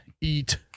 eat